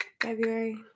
February